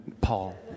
Paul